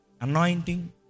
anointing